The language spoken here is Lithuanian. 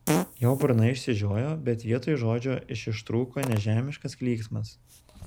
jo burna išsižiojo bet vietoj žodžių iš ištrūko nežemiškas klyksmas